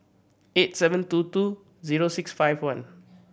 eight seven two two zero six five one